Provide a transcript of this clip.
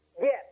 Yes